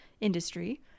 industry